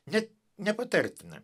net nepatartina